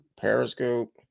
Periscope